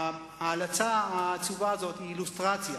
ההלצה העצובה הזאת היא אילוסטרציה